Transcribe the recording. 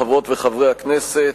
חברות וחברי הכנסת,